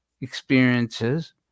experiences